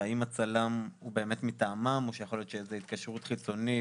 ואם הצלם הוא מטעמם או שיכול להיות שזו התקשרות חיצונית,